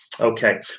Okay